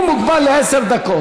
הוא מוגבל לעשר דקות.